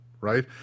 right